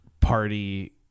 party